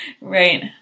right